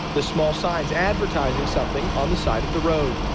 the small signs advertising something on the side of the road.